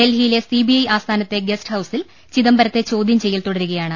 ഡൽഹിയിലെ സിബിഐ ആസ്ഥാനത്തെ ഗസ്റ്റ് ഹൌസിൽ ചിദം ബരത്തെ ചോദ്യം ചെയ്യൽ തുടരുകയാണ്